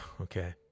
Okay